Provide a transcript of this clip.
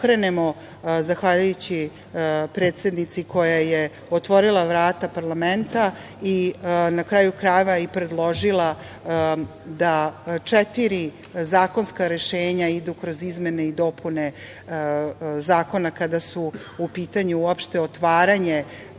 zahvaljujući predsednici koja je otvorila vrata parlamenta i, na kraju krajeva, predložila da četiri zakonska rešenja idu kroz izmene i dopune zakona, kada je u pitanju uopšte otvaranje bilo